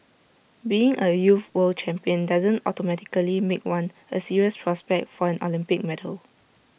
being A youth world champion doesn't automatically make one A serious prospect for an Olympic medal